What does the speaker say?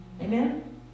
Amen